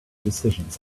decisions